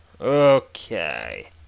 Okay